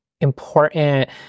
important